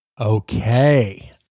Okay